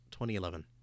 2011